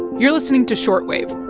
you're listening to short wave.